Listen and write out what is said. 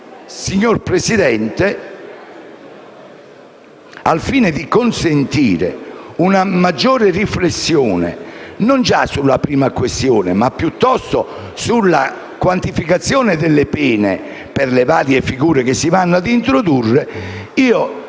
signor Presidente, al fine di consentire una maggiore riflessione non già sulla prima questione, ma piuttosto sulla quantificazione delle pene per le varie figure che si vanno ad introdurre, invito